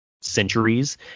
centuries